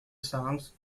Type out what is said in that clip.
songs